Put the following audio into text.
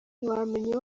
ntiwamenya